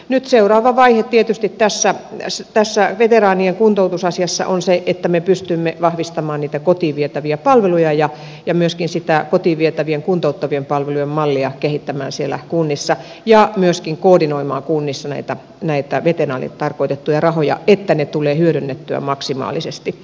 nyt seuraava vaihe tietysti tässä veteraanien kuntoutusasiassa on se että me pystymme vahvistamaan niitä kotiin vietäviä palveluja ja myöskin sitä kotiin vietävien kuntouttavien palvelujen mallia kehittämään siellä kunnissa ja myöskin koordinoimaan kunnissa näitä veteraaneille tarkoitettuja rahoja että ne tulevat hyödynnetyiksi maksimaalisesti